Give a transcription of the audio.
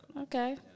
Okay